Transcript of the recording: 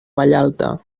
vallalta